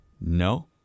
no